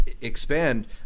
expand